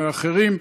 עם אחרים.